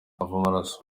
amaraso